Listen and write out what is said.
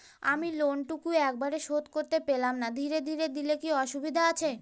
আমি লোনটুকু একবারে শোধ করতে পেলাম না ধীরে ধীরে দিলে কি অসুবিধে আছে?